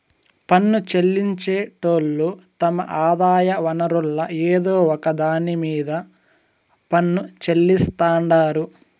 పన్ను చెల్లించేటోళ్లు తమ ఆదాయ వనరుల్ల ఏదో ఒక దాన్ని మీద పన్ను చెల్లిస్తాండారు